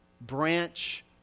branch